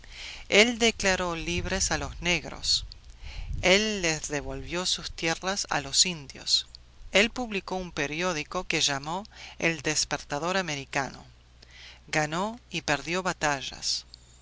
el declaró libres a los negros el les devolvió sus tierras a los indios el publicó un periódico que llamó el despertador americano ganó y perdió batallas